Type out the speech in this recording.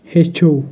ہیٚچھو